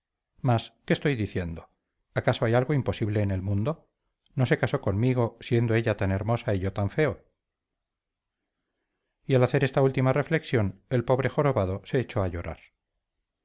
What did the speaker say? mas qué estoy diciendo acaso hay algo imposible en el mundo no se casó conmigo siendo ella tan hermosa y yo tan feo y al hacer esta última reflexión el pobre jorobado se echó a llorar